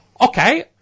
Okay